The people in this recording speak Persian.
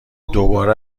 دوباره